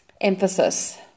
emphasis